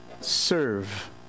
serve